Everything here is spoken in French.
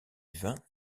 vint